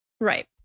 Right